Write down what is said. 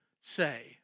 say